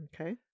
Okay